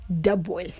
double